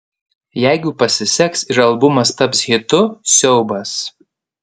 jeigu pasiseks ir albumas taps hitu siaubas